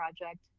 project